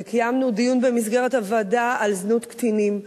וקיימנו דיון במסגרת הוועדה על זנות קטינים,